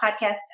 podcast